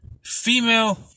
female